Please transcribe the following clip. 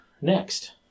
next